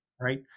Right